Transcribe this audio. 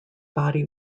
body